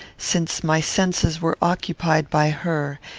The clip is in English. since my senses were occupied by her,